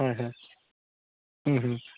হয় হয়